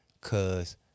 Cause